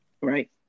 Right